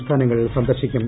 സംസ്ഥാനങ്ങൾ സന്ദർശിക്കും